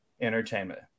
entertainment